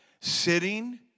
Sitting